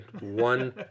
one